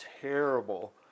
terrible